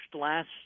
last